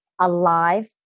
Alive